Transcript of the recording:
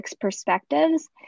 perspectives